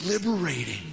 liberating